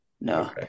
No